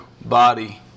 body